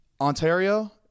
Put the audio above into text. Ontario